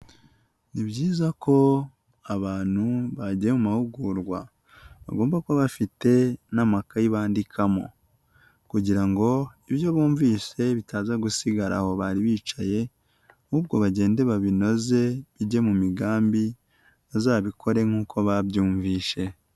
Ni byiza ko abantu bajya mu mahugurwa bagomba kuba bafite n'amakayi bandikamo, kugira ngo ibyo bumvise bitaza gusigara aho bari bicaye, ahubwo bagende babinoze ujye mu migambi bazabikore nka ababyumvise.